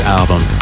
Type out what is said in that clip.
album